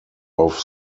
auf